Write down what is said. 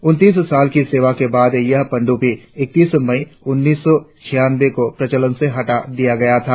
उन्तीस साल की सेवा के बाद यह पनडुब्बी इकत्तीस मई उन्नीस सौ छियानंबे को प्रचलन से हटा ली गयी थी